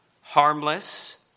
harmless